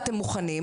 קבוצה שנכון שלפני,